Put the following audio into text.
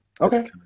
Okay